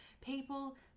people